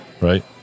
right